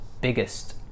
biggest